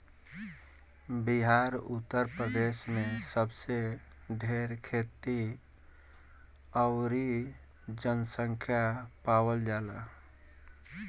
बिहार उतर प्रदेश मे सबसे ढेर खेती अउरी जनसँख्या पावल जाला